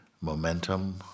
momentum